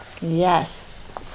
Yes